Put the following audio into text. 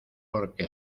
porque